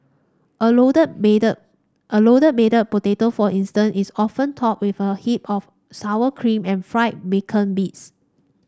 a loaded baked a loaded baked potato for instance is often topped with a heap of sour cream and fried bacon bits